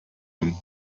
him